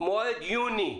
המועד הוא יוני.